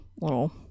little